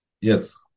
Yes